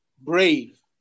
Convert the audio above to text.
brave